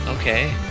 Okay